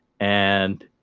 and